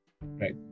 Right